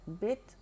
bit